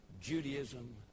Judaism